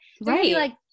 Right